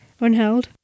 unheld